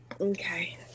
Okay